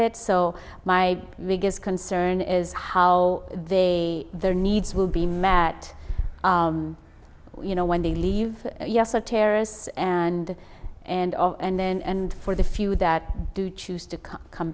it so my biggest concern is how they their needs will be matt you know when they leave us are terrorists and and all and then and for the few that do choose to come